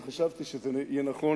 וחשבתי שיהיה נכון,